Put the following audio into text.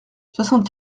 soixante